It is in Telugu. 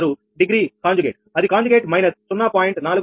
06 డిగ్రీ కాంజుగేట్అది కాంజుగేట్ మైనస్ 0